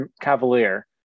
cavalier